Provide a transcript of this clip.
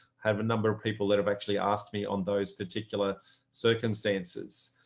have a number of people that have actually asked me on those particular circumstances.